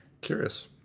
Curious